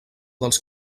dels